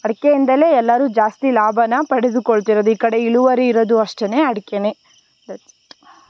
ಅಡಿಕೆಯಿಂದಲೇ ಎಲ್ಲರೂ ಜಾಸ್ತಿ ಲಾಭನ ಪಡೆದುಕೊಳ್ತಿರೋದು ಈ ಕಡೆ ಇಳುವರಿ ಇರೋದು ಅಷ್ಟೆ ಅಡಿಕೆನೇ ದಟ್ಸ್ ಇಟ್